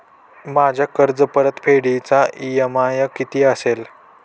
माझ्या कर्जपरतफेडीचा इ.एम.आय किती असेल?